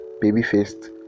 baby-faced